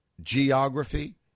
geography